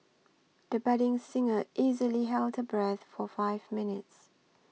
the budding singer easily held her breath for five minutes